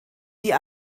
die